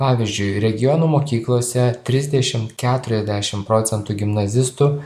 pavyzdžiui regionų mokyklose trisdešim keturiasdešim procentų gimnazistų